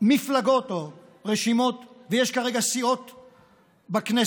מפלגות או רשימות, ויש כרגע סיעות בכנסת.